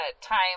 time